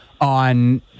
on